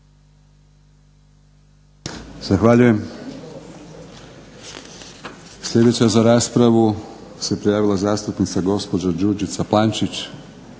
Zahvaljujem. Sljedeća za raspravu se prijavila zastupnica gospođa Đurđica Plančić.